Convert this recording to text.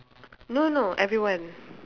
no no everyone